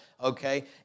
okay